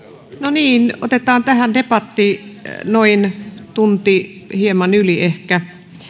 otetaan tähän debatti noin tunti hieman yli ehkä